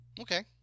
Okay